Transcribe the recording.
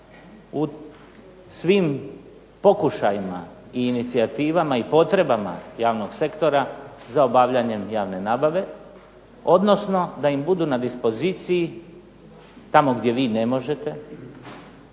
u svim pokušajima i inicijativama i potrebama javnog sektora za obavljanjem javne nabave, odnosno da im budu na dispoziciji tamo gdje vi ne možete